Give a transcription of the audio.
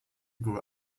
grew